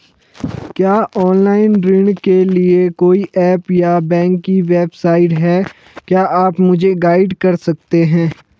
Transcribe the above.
क्या ऑनलाइन ऋण के लिए कोई ऐप या बैंक की वेबसाइट है क्या आप मुझे गाइड कर सकते हैं?